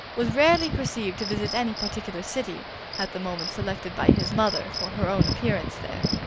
was rarely perceived to visit any particular city at the moment selected by his mother for her own appearance there.